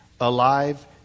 alive